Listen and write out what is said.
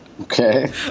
Okay